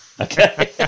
Okay